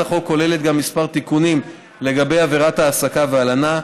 הצעת החוק כוללת גם כמה תיקונים לגבי עבירות ההעסקה וההלנה.